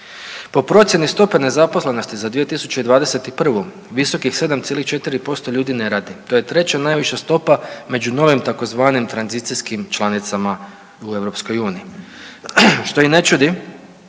Po procjeni stope nezaposlenosti za 2021. visokih 7,4% ljudi ne radi. To je 3. najviša stopa među novim tzv. tranzicijskim članicama u Europskoj uniji